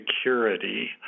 Security